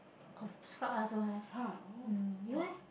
uh scrub I also have mm you leh